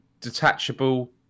detachable